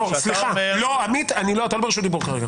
אתה לא ברשות דיבור כרגע.